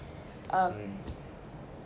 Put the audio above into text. um